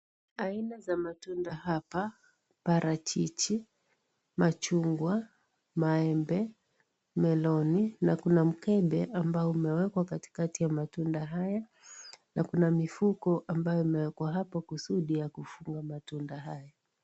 Aina za matunda hapa parachichi ,machungwa maembe meloni na kuna mkebe ambao umeekwa katika ya matunda hayo na Kuna mifuko imeekwa hapo kusudi ya kufungua matunda hayo.